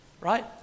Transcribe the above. right